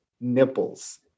nipples